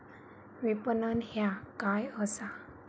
विपणन ह्या काय असा?